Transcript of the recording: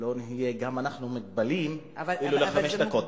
שלא נהיה גם אנחנו מוגבלים, אפילו לחמש דקות.